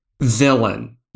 villain